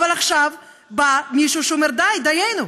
אבל עכשיו בא מישהו שאומר: די, דיינו.